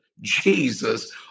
Jesus